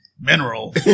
mineral